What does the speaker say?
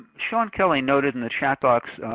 shawn kelley noted in the chat box,